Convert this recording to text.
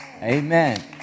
Amen